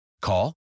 Call